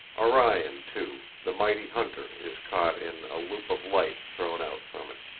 orion, too, the mighty hunter is caught in a loop of light' thrown out from it.